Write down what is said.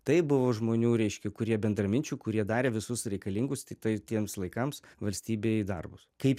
taip buvo žmonių reiškia kurie bendraminčių kurie darė visus reikalingus tiktai tiems laikams valstybei darbus kaip